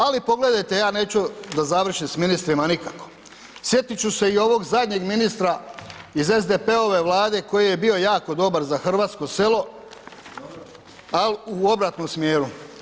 Ali pogledajte, ja neću da završim s ministrima, nikako, sjetit ću se i ovog zadnjeg ministra iz SDP-ove Vlade koji je bio jako dobar za hrvatsko selo ali u obratnom smjeru.